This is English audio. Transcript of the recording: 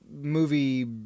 movie